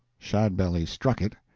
shadbelly struck it,